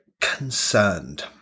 concerned